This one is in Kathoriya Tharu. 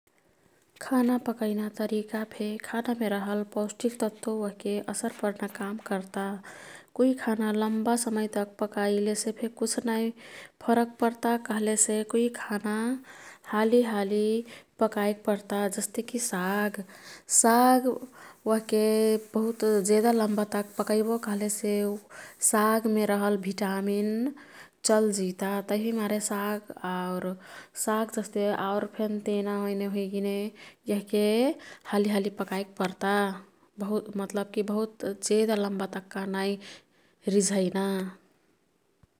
खाना पकैना तरिकफे खानामे रहल पौष्टिक तत्व ओह्के असर पर्ना काम कर्ता। कुई खाना लम्बा समय तक पकाईलेसेफे कुछनाई फरक पर्ता। कह्लेसे कुई खाना हालीहाली पकाईक पर्ता जस्तेकी साग। साग ओह्के जेदा लम्बा तक पकैबो कह्लेसे सागमे रहल भिटामिन चल जिता। तभी मारे साग आउर साग जस्ते आउर फेन तेनाओईने हुइगिने यह्के हालीहाली पकाईक पर्ता। मतलबकी जेदा लम्बा तक्का नाई रिझैना।